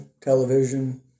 television